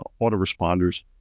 autoresponders